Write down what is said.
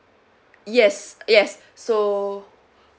yes yes so